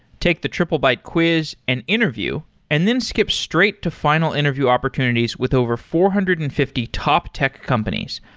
take the triplebyte quiz and interview and then skip straight to final interview opportunities with over four hundred and fifty top tech companies,